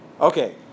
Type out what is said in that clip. okay